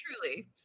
truly